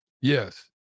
Yes